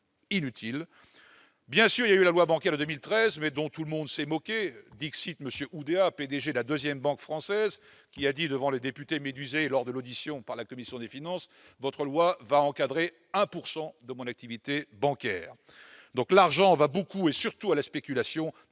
Bien sûr, il y a eu la loi bancaire de 2013, mais tout le monde s'en est moqué. Ainsi, M. Oudéa, P-DG de la deuxième banque française, a dit devant des députés médusés, lors de son audition par la commission des finances :« Votre loi va encadrer 1 % de mon activité bancaire. » L'argent va donc beaucoup et surtout à la spéculation,